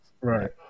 right